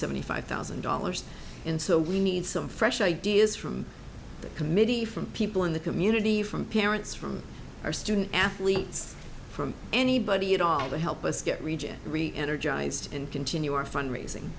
seventy five thousand dollars and so we need some fresh ideas from the committee from people in the community from parents from our student athletes from anybody at all to help us get region really energized and continue our fundraising